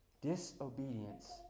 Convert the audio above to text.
Disobedience